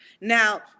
Now